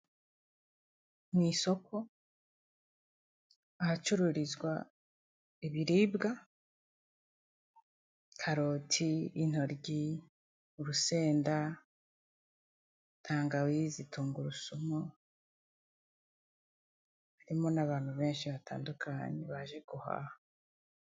Mu isoko ahacururizwa ibiribwa karoti, intoryi ,urusenda tangawizi, tungurusumu. Harimo n'abantu benshi batandukanye baje guhaha.